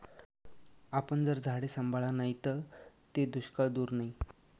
आपन जर झाडे सांभाळा नैत ते दुष्काळ दूर नै